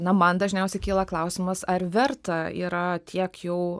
na man dažniausiai kyla klausimas ar verta yra tiek jau